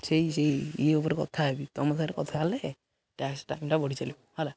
ସେଇ ସେଇ ଇଏ ଉପରେ କଥା ହେବି ତୁମ ସାଙ୍ଗରେ କଥା ହେଲେ ଟାଇମଟା ଗଡ଼ି ଚାଲିବ ହେଲା